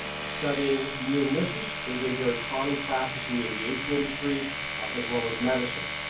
studying near misses is a very common practice in the aviation industry as well as medicine.